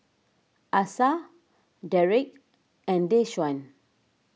Asa Derrek and Deshaun